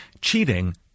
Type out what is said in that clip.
Cheating